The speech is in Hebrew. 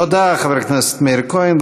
תודה, חבר הכנסת מאיר כהן.